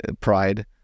pride